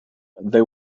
they